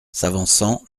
s’avançant